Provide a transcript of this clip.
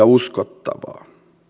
uskottavaa